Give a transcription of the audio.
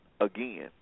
again